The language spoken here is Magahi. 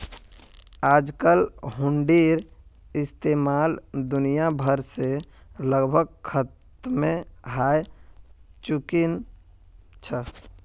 आजकल हुंडीर इस्तेमाल दुनिया भर से लगभग खत्मे हय चुकील छ